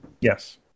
Yes